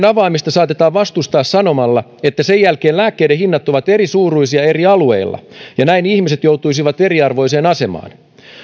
avaamista saatetaan vastustaa sanomalla että sen jälkeen lääkkeiden hinnat ovat erisuuruisia eri alueilla ja näin ihmiset joutuisivat eriarvoiseen asemaan